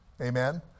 Amen